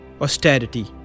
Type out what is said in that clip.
austerity